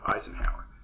Eisenhower